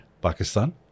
pakistan